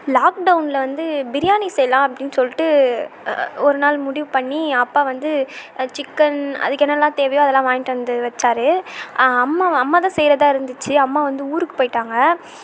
லாக்டவுனில் வந்து பிரியாணி செய்யலாம் அப்படினு சொல்லிவிட்டு ஒரு நாள் முடிவு பண்ணி அப்பா வந்து சிக்கன அதுக்கு என்ன எல்லாம் தேவையோ அதெல்லாம் வாங்கிகிட்டு வந்து வச்சார் அம்மா அம்மா தான் செய்யிறதாக இருந்துச்சு அம்மா வந்து ஊருக்கு போயிவிட்டாங்க